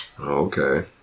Okay